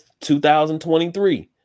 2023